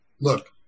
Look